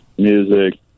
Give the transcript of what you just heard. Music